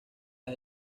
las